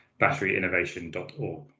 batteryinnovation.org